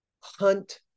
hunt